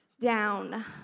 down